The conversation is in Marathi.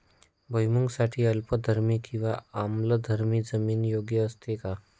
भुईमूगासाठी अल्कधर्मी किंवा आम्लधर्मी जमीन योग्य असते का?